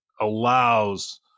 allows